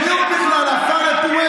מי הוא בכלל, עפר לפומיה.